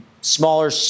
smaller